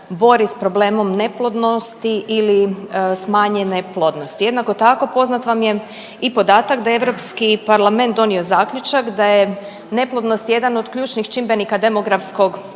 bori s problemom neplodnosti ili smanjene plodnosti. Jednako tako, poznat vam je i podatak da Europski parlament donio zaključak da je neplodnost jedan od ključnih čimbenika demografskog urušavanja,